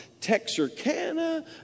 Texarkana